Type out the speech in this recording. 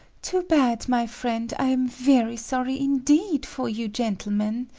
too bad, my friend i am very sorry indeed for you gentlemen,